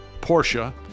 Porsche